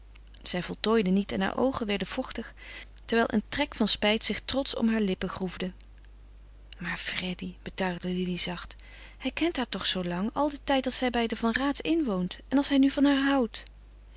zij voltooide niet en haar oogen werden vochtig terwijl een trek van spijt zich trotsch om haar lippen groefde maar freddy betuigde lili zacht hij kent haar toch zoo lang al den tijd dat zij bij de van raats inwoont en als hij nu van haar houdt